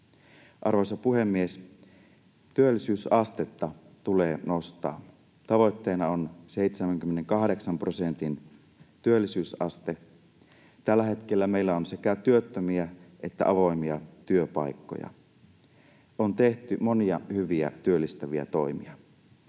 Arvoisa puhemies! Työllisyysastetta tulee nostaa, tavoitteena on 78 prosentin työllisyysaste. Tällä hetkellä meillä on sekä työttömiä että avoimia työpaikkoja. On tehty monia hyviä työllistäviä toimia.